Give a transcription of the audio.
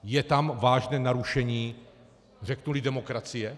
Je tam vážné narušení, řeknuli, demokracie.